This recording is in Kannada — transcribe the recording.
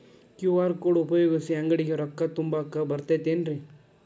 ಕ್ಯೂ.ಆರ್ ಕೋಡ್ ಉಪಯೋಗಿಸಿ, ಅಂಗಡಿಗೆ ರೊಕ್ಕಾ ತುಂಬಾಕ್ ಬರತೈತೇನ್ರೇ?